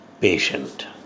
patient